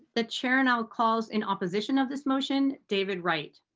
the chair now calls in opposition of this motion david wright.